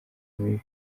mibi